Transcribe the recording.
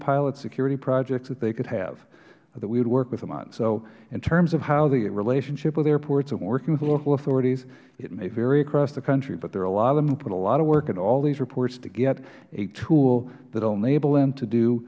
pilot security projects that they could have that we would work with them on so in terms of how the relationship with airports and working with local authorities it may vary across the country but there are a lot of them who put a lot of work into all of these reports to get a tool that